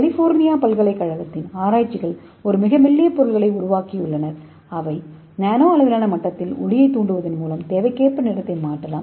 California பல்கலைக் கழகத்தின் ஆராய்ச்சியாளர்கள் ஒரு மிக மெல்லிய பொருளை உருவாக்கியுள்ளன அவை நானோ அளவிலான மட்டத்தில் ஒளியைத் தூண்டுவதன் மூலம் தேவைக்கேற்ப நிறத்தை மாற்றலாம்